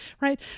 right